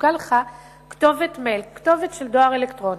סיפקה לך כתובת מייל, כתובת של דואר אלקטרוני,